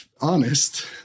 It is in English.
honest